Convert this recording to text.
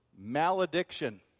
malediction